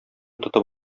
тотып